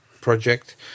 project